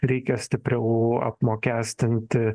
reikia stipriau apmokestinti